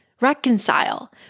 Reconcile